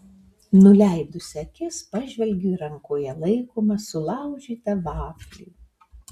nuleidusi akis pažvelgiu į rankoje laikomą sulaužytą vaflį